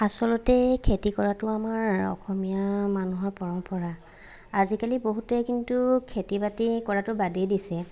আচলতে খেতি কৰাটো আমাৰ অসমীয়া মানুহৰ পৰম্পৰা আজিকালি বহুতেই কিন্তু খেতি বাতি কৰাটো বাদেই দিছে